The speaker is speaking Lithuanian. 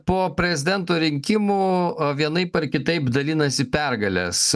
po prezidento rinkimų a vienaip ar kitaip dalinasi pergales